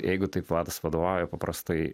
jeigu taip vadas vadovauja paprastai